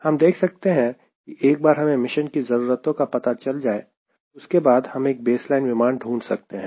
हम देख सकते हैं कि एक बार हमें मिशन की जरूरतों का पता चल जाए तो उसके बाद हम एक बेसलाइन विमान ढूंढ सकते हैं